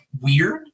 weird